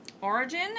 origin